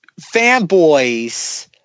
Fanboys